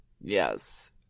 Yes